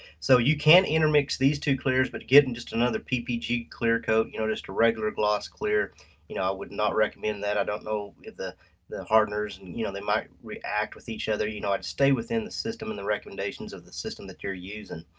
so you can intermix these two clears, but getting just another ppg clearcoat, you know just a regular gloss clear, you know i would not recommend that. i don't know if the the hardeners, and you know they might react with each other. you know i'd stay within the system and the recommendations of the system that you're using.